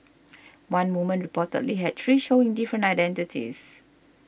one woman reportedly had three showing different identities